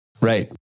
Right